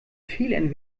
fehlern